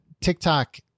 TikTok